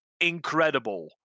incredible